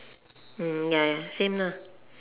ya ya same lah